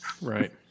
Right